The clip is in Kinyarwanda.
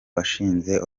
bashinze